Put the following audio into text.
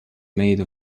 made